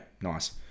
nice